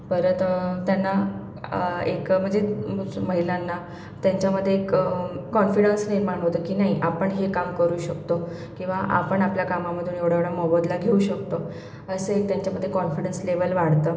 परत त्यांना एक म्हणजे महिलांना त्यांच्यामधे एक कॉन्फिडन्स निर्माण होतो की नाही आपण हे काम करू शकतो किंवा आपण आपल्या कामामधून एवढा एवढा मोबदला घेऊ शकतो असे त्यांच्यामध्ये कॉन्फिडन्स लेव्हल वाढतं